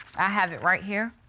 i have it right here.